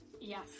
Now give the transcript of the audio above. Yes